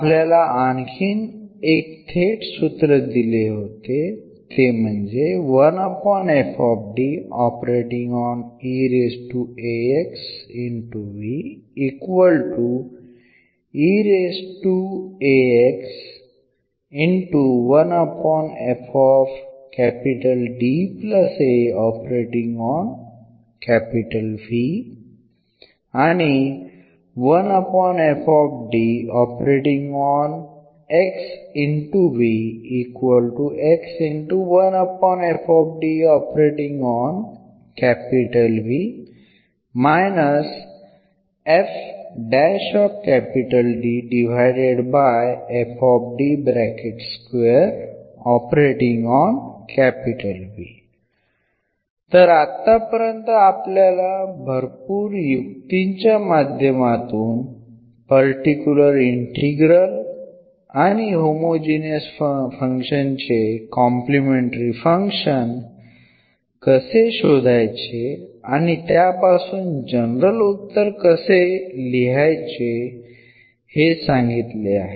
आपल्याला आणखीन एक थेट सूत्र दिले होते तर आतापर्यंत आपल्याला भरपूर युक्तींच्या माध्यमातून पर्टिक्युलर इंटीग्रल आणि होमोजीनियस फंक्शनचे कॉम्प्लिमेंटरी फंक्शन कसे शोधायचे आणि त्यापासून जनरल उत्तर कसे लिहायचे हे सांगितले आहे